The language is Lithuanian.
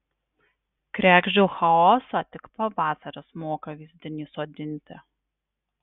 kregždžių chaosą tik pavasaris moka vyzdin įsodinti